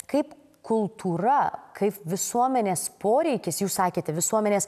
kaip kultūra kaip visuomenės poreikis jūs sakėte visuomenės